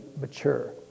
mature